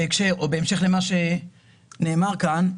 בהקשר או בהמשך למה שנאמר כאן,